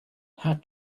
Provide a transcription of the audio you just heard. hat